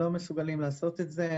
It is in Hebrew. לא מסוגלים לעשות את זה.